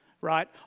right